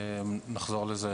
נחזור לזה